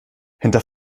hinter